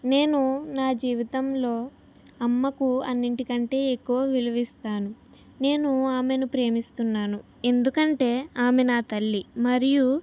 నేను నా జీవితంలో అమ్మకు అన్నింటికంటే ఎక్కువ విలువిస్తాను నేను ఆమెను ప్రేమిస్తున్నాను ఎందుకంటే ఆమె నా తల్లి మరియు